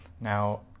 Now